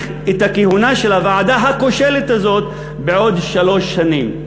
את הכהונה של הוועדה הכושלת הזאת בעוד שלוש שנים.